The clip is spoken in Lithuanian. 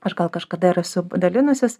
aš gal kažkada ir esu dalinusis